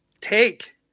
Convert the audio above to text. take